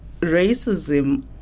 racism